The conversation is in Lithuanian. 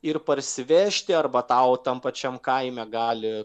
ir parsivežti arba tau tam pačiam kaime gali